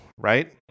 right